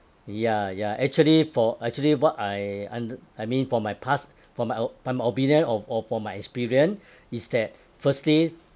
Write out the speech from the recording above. ya ya actually for actually what I under~ I mean for my past for my o~ for my opinion of or for my experience is that firstly